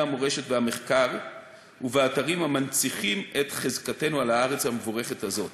המורשת והמחקר ובאתרים המנציחים את חזקתנו על הארץ המבורכת הזאת.